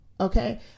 Okay